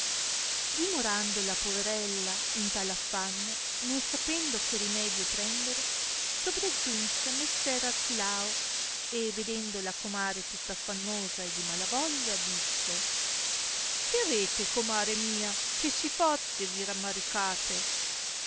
dimorando la poverella in tal affanno né sapendo che rimedio prendere sopraggiunse messer artilao e vedendo la comare tutta affannosa e di mala voglia disse che avete comare mia che si forte vi ramaricate